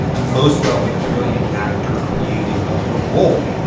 and most well, when it's really an actor creating a ah role.